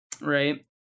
Right